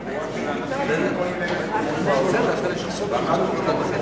עם חבורה של אנשים מכל מיני מקומות בעולם.